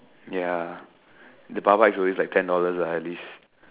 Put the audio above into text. ya the bar bites always like ten dollars lah at least